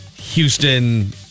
Houston